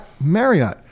Marriott